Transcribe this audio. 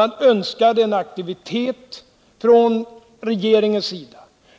Man önskade en aktivitet från regeringens sida,